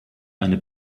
eine